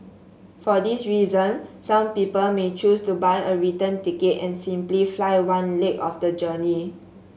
for this reason some people may choose to buy a return ticket and simply fly one leg of the journey